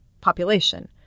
population